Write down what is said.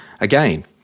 Again